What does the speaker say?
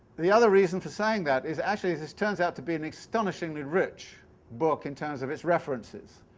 the other reason for saying that is actually this turns out to be an astonishingly rich book in terms of its references.